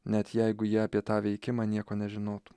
net jeigu jie apie tą veikimą nieko nežinotų